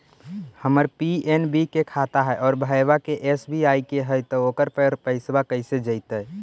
हमर पी.एन.बी के खाता है और भईवा के एस.बी.आई के है त ओकर पर पैसबा कैसे जइतै?